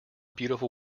beautiful